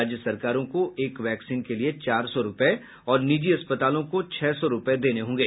राज्य सरकारों को एक वैक्सीन के लिए चार सौ रूपये और निजी अस्पतालों को छह सौ रूपये देने होंगे